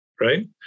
right